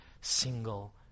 single